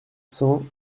cents